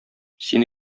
сине